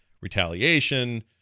retaliation